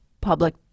public